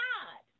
God